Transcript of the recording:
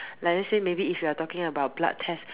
like let's say if we talking about blood test